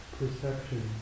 perception